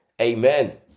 Amen